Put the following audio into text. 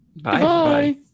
Bye